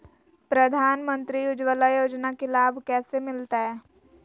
प्रधानमंत्री उज्वला योजना के लाभ कैसे मैलतैय?